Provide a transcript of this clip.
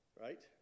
right